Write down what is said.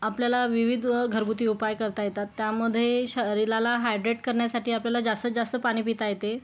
आपल्याला विविध व घरगुती उपाय करता येतात त्यामध्ये शरीराला हायड्रेट करण्यासाठी आपल्याला जास्तीत जास्त पाणी पिता येते